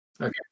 Okay